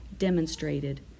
demonstrated